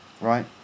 right